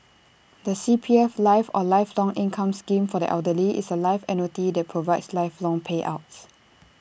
the C P F life or lifelong income scheme for the elderly is A life annuity that provides lifelong payouts